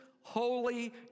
holy